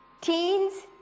Teens